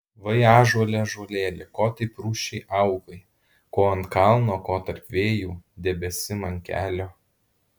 vai ąžuole ąžuolėli ko taip rūsčiai augai ko ant kalno ko tarp vėjų debesim ant kelio